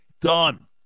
done